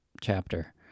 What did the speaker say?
chapter